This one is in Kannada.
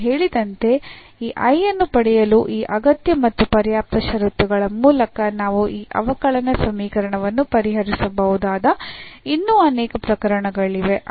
ನಾನು ಹೇಳಿದಂತೆ ಈ I ಅನ್ನು ಪಡೆಯಲು ಈ ಅಗತ್ಯ ಮತ್ತು ಪರ್ಯಾಪ್ತ ಷರತ್ತುಗಳ ಮೂಲಕ ನಾವು ಈ ಅವಕಲನ ಸಮೀಕರಣವನ್ನು ಪರಿಹರಿಸಬಹುದಾದ ಇನ್ನೂ ಅನೇಕ ಪ್ರಕರಣಗಳಿವೆ